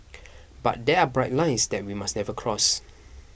but there are bright lines that we must never cross